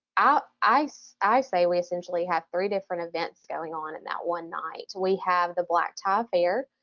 ah i so i say we essentially have three different events going on in that one night. we have the black tie affair,